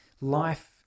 life